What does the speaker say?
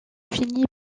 fini